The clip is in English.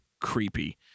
creepy